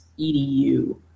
EDU